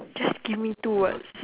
just give me two words